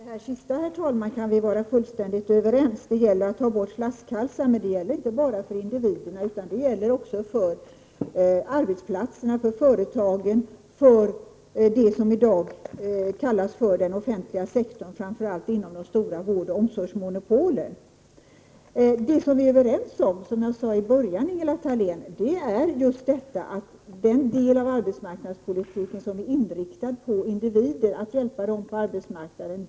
Det här sista, herr talman, kan vi vara fullständigt överens om. Det gäller att ta bort flaskhalsarna, men det gäller inte bara för individerna, utan det gäller också för arbetsplatserna, för företagen, för det som i dag kallas den offentliga sektorn, framför allt inom de stora vårdoch omsorgsmonopolen. Det som vi är överens om — som jag sade i början, Ingela Thalén — är nämligen just den del av arbetsmarknadspolitiken som är inriktad på att hjälpa individen på arbetsmarknaden.